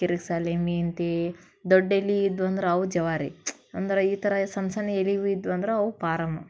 ಕಿರಿಕ್ಸಾಲಿ ಮೆಂತೆ ದೊಡ್ಡೆಲೆ ಇದ್ದುವಂದ್ರೆ ಅವು ಜವಾರಿ ಅಂದ್ರೆ ಈ ಥರ ಸಣ್ ಸಣ್ ಎಲೆವು ಇದ್ದುವಂದ್ರೆ ಅವು ಪಾರಮ್